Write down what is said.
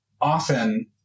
often